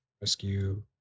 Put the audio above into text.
Rescue